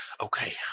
Okay